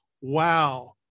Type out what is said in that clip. wow